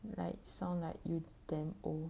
like sound like you damn old